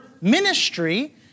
ministry